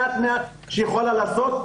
מעט שהיא יכולה לעשות.